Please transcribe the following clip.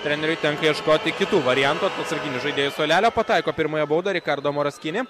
treneriui tenka ieškoti kitų variantų atsarginių žaidėjų suolelio pataiko pirmąją baudą rikardo moras kini